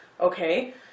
okay